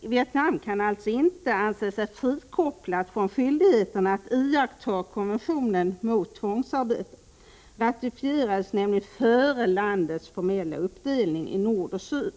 Vietnam kan inte anse sig frikopplat från skyldigheten att iaktta konventionen mot tvångsarbete. Den ratificerades nämligen före landets formella uppdelning i nord och syd.